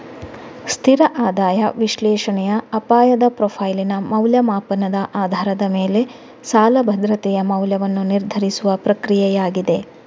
ಸ್ಥಿರ ಆದಾಯ ವಿಶ್ಲೇಷಣೆಯ ಅಪಾಯದ ಪ್ರೊಫೈಲಿನ ಮೌಲ್ಯಮಾಪನದ ಆಧಾರದ ಮೇಲೆ ಸಾಲ ಭದ್ರತೆಯ ಮೌಲ್ಯವನ್ನು ನಿರ್ಧರಿಸುವ ಪ್ರಕ್ರಿಯೆಯಾಗಿದೆ